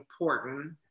important